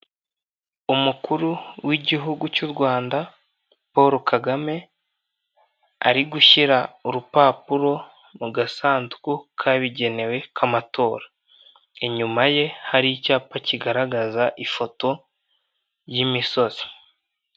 Umukuru w'igihugu cy'u Rwanda Paul kagame ari gushyira urupapuro mu gasanduku kabigenewe k'amatora, inyuma ye hari icyapa kigaragaza ifoto y'imisozi.